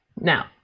Now